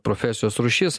profesijos rūšis